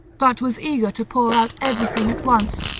but was eager to pour out everything at once.